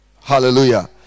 Hallelujah